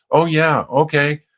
oh, yeah. okay.